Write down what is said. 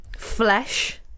flesh